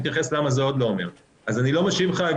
אז אני לא משיב לך,